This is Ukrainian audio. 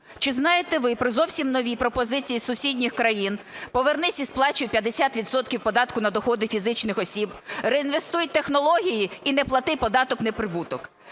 Чи знаєте ви про зовсім нові пропозиції сусідніх країн: "повернись і сплачуй 50 відсотків податку на доходи фізичних осіб", "реінвестуй технології і не плати податок на прибуток".